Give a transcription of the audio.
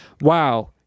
Wow